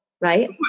right